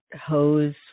hose